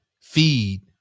Feed